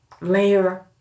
layer